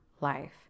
life